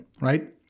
right